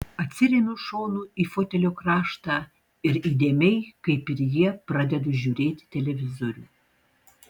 atsiremiu šonu į fotelio kraštą ir įdėmiai kaip ir jie pradedu žiūrėti televizorių